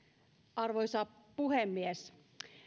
arvoisa puhemies